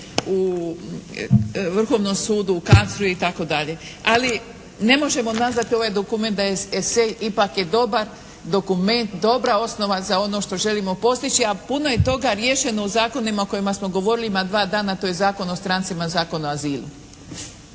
se ne razumije./ … i tako dalje. Ali ne možemo nazvati ovaj dokument da je esej ipak je dobar, dokument, dobra osnova za ono što želimo postići a puno je toga riješeno u zakonima o kojima smo govorili ima dva dana. To je Zakon o strancima i Zakon o azilu.